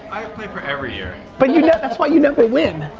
i play for every year. but you know that's why you never win.